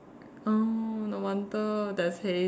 oh no wonder there's haze